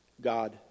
God